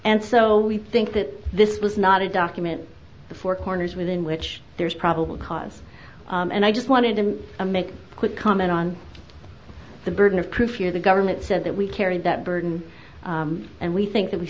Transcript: and so we think that this was not a document the four corners within which there's probable cause and i just wanted to make a quick comment on the burden of proof here the government said that we carry that burden and we think that we